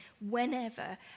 whenever